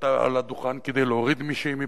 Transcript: שעלתה על הדוכן כדי להוריד מישהי מפה.